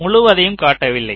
முழுவதையும் காட்டவில்லை